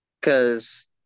Cause